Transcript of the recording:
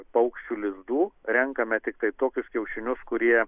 paukščių lizdų renkame tiktai tokius kiaušinius kurie